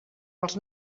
els